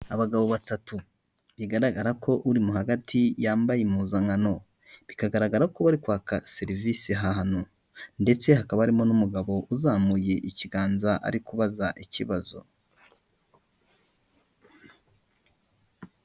Abagabo batatu bigaragara ko uri mo hagati yambaye impuzankano, bikagaragara ko bari kwaka serivisi ahantu ndetse hakaba harimo n'umugabo uzamuye ikiganza ari kubaza ikibazo.